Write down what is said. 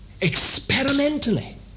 experimentally